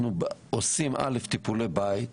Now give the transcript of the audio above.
אנחנו עושים טיפולי בית.